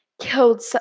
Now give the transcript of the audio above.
killed